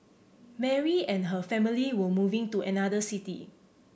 Mary and her family were moving to another city